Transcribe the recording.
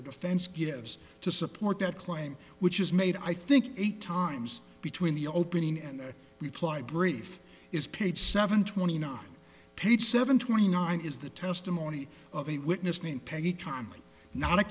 the defense gives to support that claim which is made i think eight times between the opening and the reply brief is page seven twenty nine page seven twenty nine is the testimony of a witness name